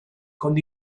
con